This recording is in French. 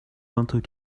vingt